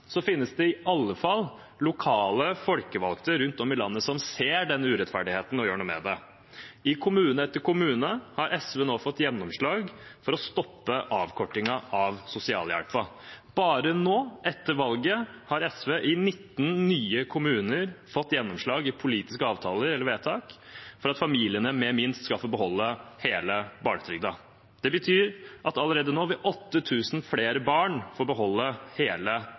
finnes det i alle fall lokale folkevalgte rundt om i landet som ser denne urettferdigheten og gjør noe med den. I kommune etter kommune har SV nå fått gjennomslag for å stoppe avkortingen av sosialhjelpen. Bare nå, etter valget, har SV i 19 nye kommuner fått gjennomslag i politiske avtaler eller vedtak for at familiene med minst skal få beholde hele barnetrygden. Det betyr at allerede nå vil 8 000 flere barn få beholde hele